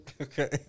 Okay